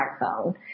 smartphone